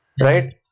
Right